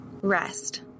Rest